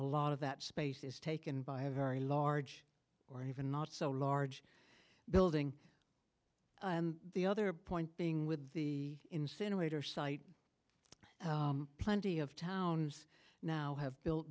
a lot of that space is taken by a very large or even not so large building and the other point being with the incinerator site plenty of towns now have